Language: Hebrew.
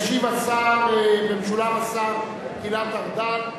ישיב במשולב השר גלעד ארדן,